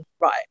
right